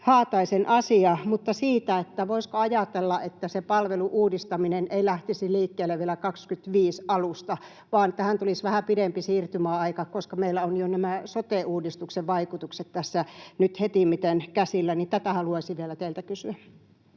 Haataisen asia — siitä, voisiko ajatella, että se palvelu-uudistaminen ei lähtisi liikkeelle vielä vuoden 25 alusta vaan tähän tulisi vähän pidempi siirtymäaika, koska meillä ovat nämä sote-uudistuksen vaikutukset tässä nyt jo hetimiten käsillä. Tätä haluaisin vielä teiltä kysyä.